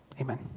amen